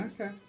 Okay